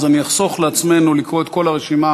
אז אני אחסוך מעצמנו את קריאת כל הרשימה.